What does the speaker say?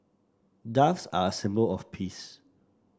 ducks are a symbol of peace